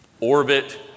Orbit